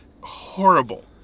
horrible